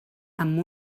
amb